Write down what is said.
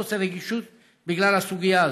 חוסר רגישות, בגלל הסוגיה הזאת.